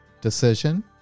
decision